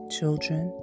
Children